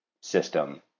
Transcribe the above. system